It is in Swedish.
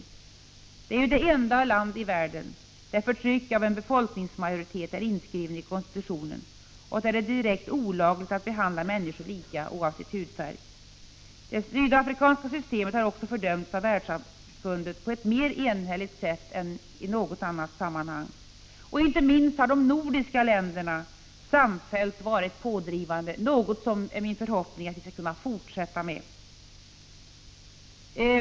Sydafrika är det enda land i världen där förtryck av en befolkningsmajoritet är inskriven i konstitutionen, och där det är direkt olagligt att behandla människor lika oavsett hudfärg. Det sydafrikanska systemet har också fördömts av världssamfundet på ett mer enhälligt sätt än något annat. Inte minst har de nordiska länderna samfällt varit pådrivande, något som det är min förhoppning att vi skall kunna fortsätta med.